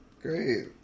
Great